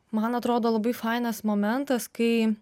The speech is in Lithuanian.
man atrodo labai fainas momentas kai